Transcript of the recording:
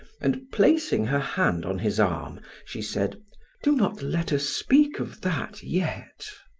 and placing her hand on his arm, she said do not let us speak of that yet.